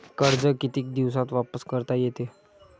कर्ज कितीक दिवसात वापस करता येते?